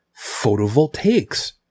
photovoltaics